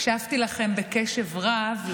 הקשבתי לכם בקשב רב,